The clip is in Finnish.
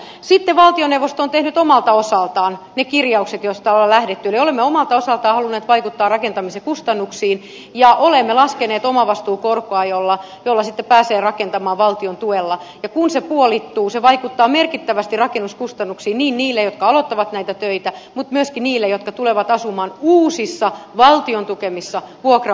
sitten valtioneuvosto on tehnyt omalta osaltaan ne kirjaukset joista on lähdetty eli olemme omalta osaltamme halunneet vaikuttaa rakentamisen kustannuksiin ja olemme laskeneet omavastuukorkoa jolla sitten pääsee rakentamaan valtion tuella ja kun se puolittuu se vaikuttaa merkittävästi rakennuskustannuksiin niin niille jotka aloittavat näitä töitä kuin myöskin niille jotka tulevat asumaan uusissa valtion tukemissa vuokra asunnoissa